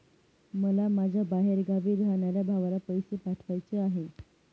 मला माझ्या बाहेरगावी राहणाऱ्या भावाला पैसे पाठवायचे आहे